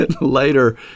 later